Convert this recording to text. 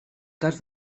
cas